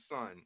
son